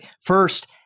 first